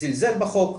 זלזל בחוק,